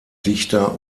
dichter